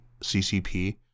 CCP